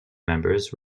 members